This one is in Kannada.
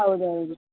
ಹೌದೌದು